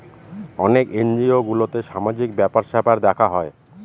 অনেক এনজিও গুলোতে সামাজিক ব্যাপার স্যাপার দেখা হয়